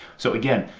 so again,